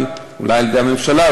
אולי על-ידי הממשלה,